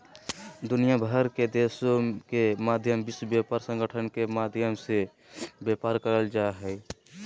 दुनिया भर के देशों के मध्य विश्व व्यापार संगठन के माध्यम से व्यापार करल जा हइ